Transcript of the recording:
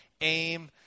aim